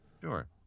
Sure